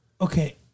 Okay